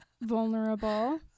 vulnerable